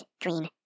green